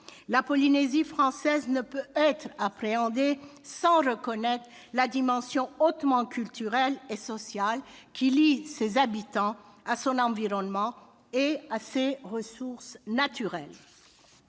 La Polynésie française ne peut être appréhendée si l'on ne reconnaît pas la dimension hautement culturelle et sociale qui lie ses habitants à son environnement et à ses ressources naturelles.